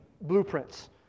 blueprints